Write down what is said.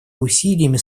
усилиями